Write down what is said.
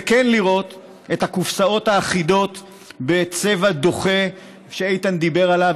וכן לראות את הקופסאות האחידות בצבע דוחה שאיתן דיבר עליו,